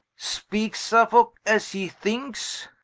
speakes suffolke as he thinkes?